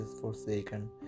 forsaken